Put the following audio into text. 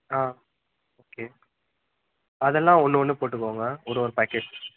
ஆ okay அதெல்லாம் ஒன்று ஒன்று போட்டுக்கோங்க ஒரு ஒரு பாக்கெட்